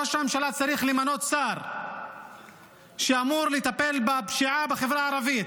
ראש הממשלה צריך למנות שר שאמור לטפל בפשיעה בחברה הערבית.